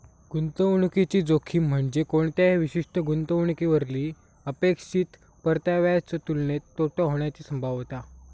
गुंतवणुकीची जोखीम म्हणजे कोणत्याही विशिष्ट गुंतवणुकीवरली अपेक्षित परताव्याच्यो तुलनेत तोटा होण्याची संभाव्यता